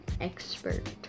expert